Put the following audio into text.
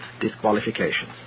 disqualifications